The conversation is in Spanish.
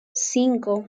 cinco